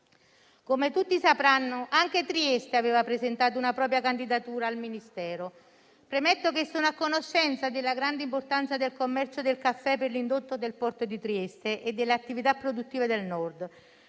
Come tutti sapranno, anche Trieste aveva presentato una propria candidatura al Ministero. Premetto che sono a conoscenza della grande importanza del commercio del caffè per l'indotto del Porto di Trieste e delle attività produttive del Nord,